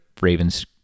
Ravens